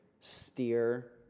steer